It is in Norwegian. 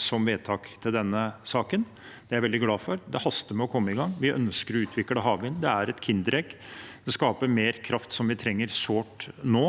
som vedtak til denne saken – det er jeg veldig glad for. Det haster med å komme i gang. Vi ønsker å utvikle havvind. Det er et kinderegg. Det skaper mer kraft som vi trenger sårt nå,